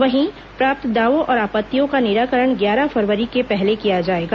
वहीं प्राप्त दावों और आपत्तियों का निराकरण ग्यारह फरवरी के पहले किया जाएगा